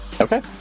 Okay